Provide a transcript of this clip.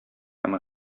һәм